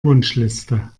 wunschliste